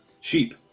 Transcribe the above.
Sheep